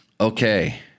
Okay